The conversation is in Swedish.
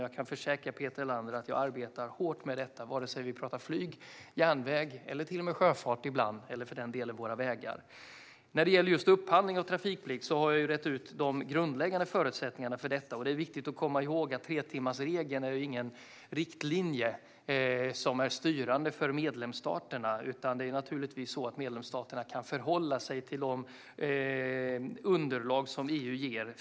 Jag kan försäkra Peter Helander att jag arbetar hårt med detta, vare sig vi pratar om flyg, järnväg, väg eller till och med sjöfart. När det gäller just upphandling och trafikplikt har jag rett ut de grundläggande förutsättningarna för detta. Det är viktigt att komma ihåg att tretimmarsregeln inte är någon riktlinje som är styrande för medlemsstaterna. Det är naturligtvis så att medlemsstaterna kan förhålla sig till de underlag som EU ger.